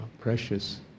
precious